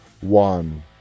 One